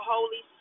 Holy